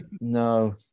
No